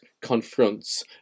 confronts